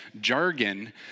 jargon